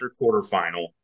quarterfinal